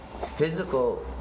physical